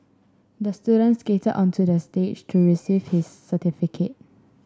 the student skate onto the stage to receive his certificate